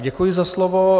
Děkuji za slovo.